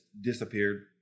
disappeared